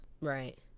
Right